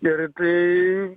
ir tai